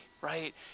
right